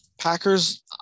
Packers